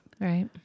Right